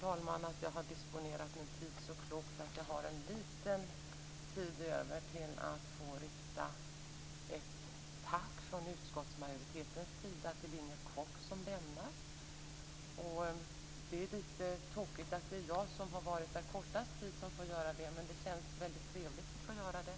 Jag ser att jag har disponerat min tid så klokt att jag har litet tid över att rikta ett tack från utskottsmajoritetens sida till Inger Koch som lämnar utskottet. Det är litet tokigt att jag som har varit ledamot kortast tid gör detta. Det känns trevligt att få göra det.